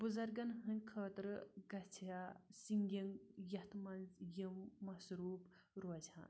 بُزرگَن ہنٛدۍ خٲطرٕ گژھِ ہَا سِنٛگِنٛگ یَتھ منٛز یِم مصروٗف روزٕ ہَن